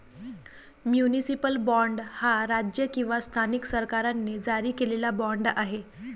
municipal bond हा राज्य किंवा स्थानिक सरकारांनी जारी केलेला बाँड आहे